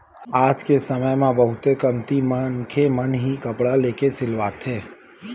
आज के समे म बहुते कमती मनखे मन ही कपड़ा लेके सिलवाथे